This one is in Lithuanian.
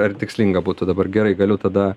ar tikslinga būtų dabar gerai galiu tada